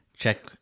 Check